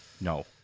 No